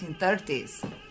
1930s